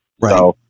Right